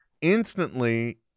instantly